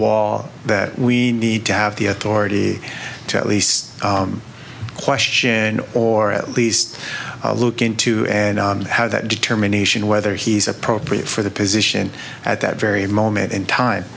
wall that we need to have the authority to at least question or at least look into and how that determination whether he's appropriate for the position at that very moment in time